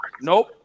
Nope